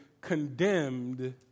condemned